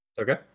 Okay